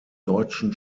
deutschen